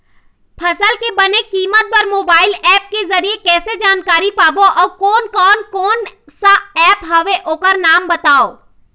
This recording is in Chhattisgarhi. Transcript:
फसल के बने कीमत बर मोबाइल ऐप के जरिए कैसे जानकारी पाबो अउ कोन कौन कोन सा ऐप हवे ओकर नाम बताव?